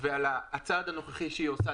ועל הצעד הנוכחי שהיא עושה.